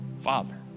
Father